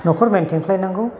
न'खर मैनटेन खालामनांगौ